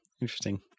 Interesting